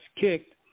kicked